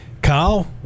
Kyle